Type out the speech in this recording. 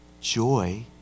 Joy